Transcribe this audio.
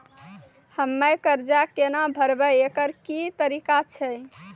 हम्मय कर्जा केना भरबै, एकरऽ की तरीका छै?